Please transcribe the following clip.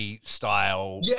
style